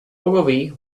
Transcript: ogilvy